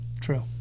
true